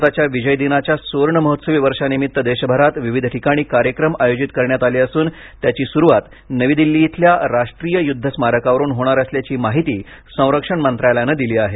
भारताच्या विजयदिनाच्या सुवर्ण महोत्सवी वर्षानिमित्त देशभरात विविध ठिकाणी कार्यक्रम आयोजित करण्यात आले असून त्याची सुरुवात नवी दिल्ली इथल्या राष्ट्रीय युद्ध स्मारकावरून होणार असल्याची माहिती संरक्षण मंत्रालयानं दिली आहे